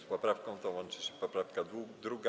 Z poprawką tą łączy się poprawka 2.